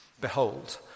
Behold